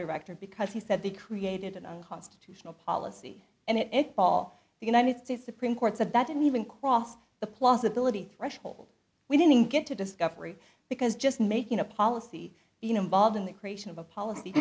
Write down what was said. director because he said they created an unconstitutional policy and it all the united states supreme court said that didn't even cross the plausibility threshold we didn't get to discovery because just making a policy involved in the creation of a policy